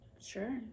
Sure